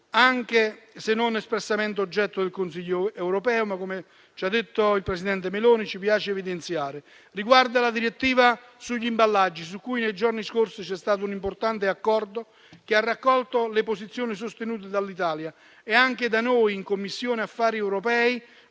anche se non è espressamente oggetto del Consiglio europeo - come ha detto il presidente Meloni - ci piace evidenziare. Tale punto riguarda la direttiva sugli imballaggi, su cui nei giorni scorsi c'è stato un importante accordo che ha raccolto le posizioni sostenute dall'Italia e anche da noi in Commissione affari europei,